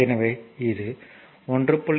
எனவே இது 1